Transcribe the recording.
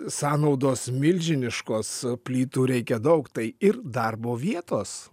sąnaudos milžiniškos plytų reikia daug tai ir darbo vietos